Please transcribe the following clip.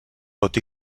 tot